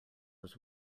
was